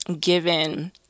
given